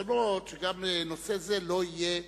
רצונות שגם נושא זה לא יהיה